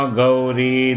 Gauri